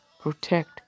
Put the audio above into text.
protect